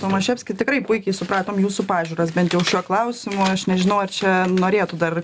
tomaševski tikrai puikiai supratom jūsų pažiūras bent jau šiuo klausimu aš nežinau ar čia norėtų dar